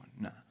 No